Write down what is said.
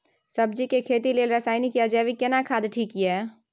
सब्जी के खेती लेल रसायनिक या जैविक केना खाद ठीक ये?